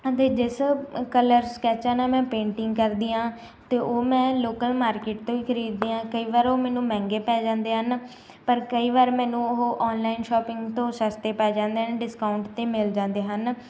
ਅਤੇ ਜਿਸ ਕਲਰ ਸਕੈਚਾਂ ਨਾਲ ਮੈਂ ਪੇਂਟਿੰਗ ਕਰਦੀ ਹਾਂ ਅਤੇ ਉਹ ਮੈਂ ਲੋਕਲ ਮਾਰਕੀਟ ਤੋਂ ਹੀ ਖ਼ਰੀਦਦੀ ਹਾਂ ਕਈ ਵਾਰ ਉਹ ਮੈਨੂੰ ਮਹਿੰਗੇ ਪੈ ਜਾਂਦੇ ਹਨ ਪਰ ਕਈ ਵਾਰ ਮੈਨੂੰ ਉਹ ਔਨਲਾਈਨ ਸ਼ੋਪਿੰਗ ਤੋਂ ਸਸਤੇ ਪੈ ਜਾਂਦੇ ਨੇ ਡਿਸਕਾਊਂਟ 'ਤੇ ਮਿਲ ਜਾਂਦੇ ਹਨ